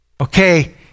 Okay